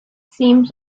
seems